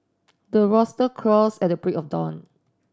the rooster crows at break of dawn